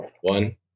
one